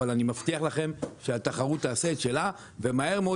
אבל אני מבטיח לכם שהתחרות תעשה את שלה ומהר מאוד